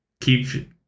keep